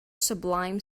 sublime